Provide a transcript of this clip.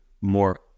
more